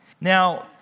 Now